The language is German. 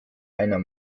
einer